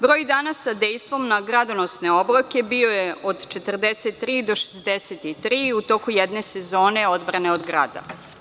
Broj dana sa dejstvom na gradonosne oblake bio je od 43 do 63 u toku jedne sezone odbrane od grada.